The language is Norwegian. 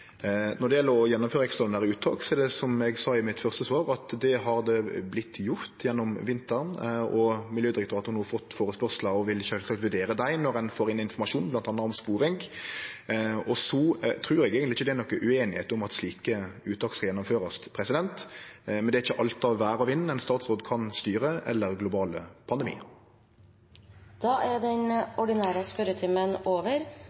Når det gjeld å gjennomføre ekstraordinære uttak, har det, som eg sa i det første svaret mitt, vorte gjort gjennom vinteren, og Miljødirektoratet har no fått førespurnader og vil sjølvsagt vurdere dei, når ein får inn informasjon, bl.a. om sporing. Eg trur eigentleg ikkje det er noka ueinigheit om at slike uttak skal gjennomførast, men det er ikkje alt av vêr og vind ein statsråd kan styre – eller global pandemi. Da er den ordinære spørretimen over.